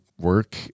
work